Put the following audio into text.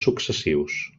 successius